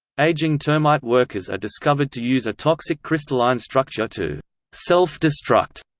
ageing termite workers are discovered to use a toxic crystalline structure to self-destruct,